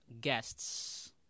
guests